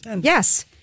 yes